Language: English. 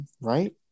right